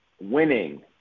winning